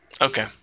Okay